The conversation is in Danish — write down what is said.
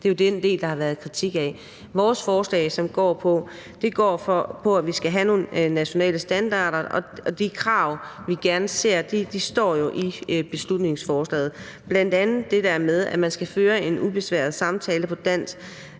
Det er jo den del, der har været kritik af. Vores forslag går på, at vi skal have nogle nationale standarder, og de krav, vi gerne ser, står jo i beslutningsforslaget, bl.a. det der med, at man skal kunne føre en ubesværet samtale på dansk